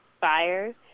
fire